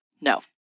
No